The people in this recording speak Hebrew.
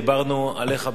דיברנו עליך,